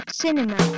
cinema